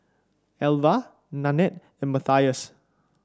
Alvah Nanette and Mathias